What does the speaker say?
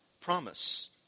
promise